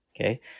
Okay